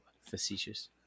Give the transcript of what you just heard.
facetious